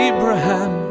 Abraham